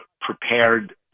prepared